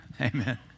Amen